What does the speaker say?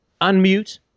Unmute